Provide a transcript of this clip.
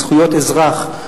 זכויות אזרח,